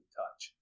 touch